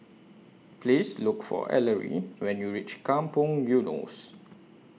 Please Look For Ellery when YOU REACH Kampong Eunos